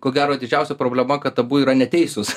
ko gero didžiausia problema kad abu yra neteisūs